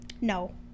No